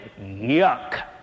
yuck